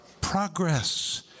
progress